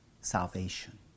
salvation